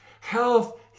health